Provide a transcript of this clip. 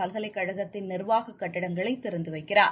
பல்கலைக்கழகங்களின் நிர்வாக கட்டிடங்களை திறந்து வைக்கிறார்